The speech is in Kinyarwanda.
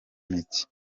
mike